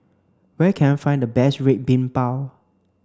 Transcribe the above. where can I find the best Red Bean Bao